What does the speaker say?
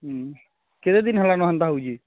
ହୁଁ କେତେ ଦିନ ହେଲାଣି ଏମିତି ହେଉଛି